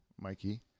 Mikey